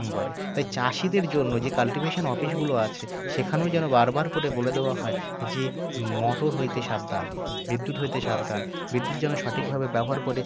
করে তাই চাষিদের জন্য যে কাল্টিভেশন অফিসগুলো আছে সেখানেও যেন বারবার করে বলে দেওয়া হয় যে মোটর হইতে সাবধান বিদ্যুৎ হইতে সাবধান বিদ্যুৎ যেন সঠিকভাবে ব্যবহার করে